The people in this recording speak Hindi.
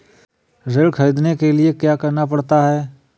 ऋण ख़रीदने के लिए क्या करना पड़ता है?